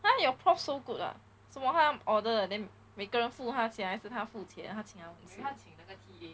!huh! your prof so good ah 什么他 order then 每个人付他钱还是他付钱他请他们